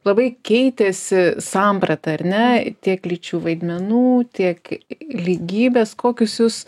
labai keitėsi samprata ar ne tiek lyčių vaidmenų tiek lygybės kokius jūs